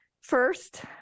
First